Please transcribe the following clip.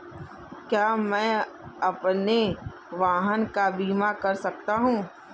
क्या मैं अपने वाहन का बीमा कर सकता हूँ?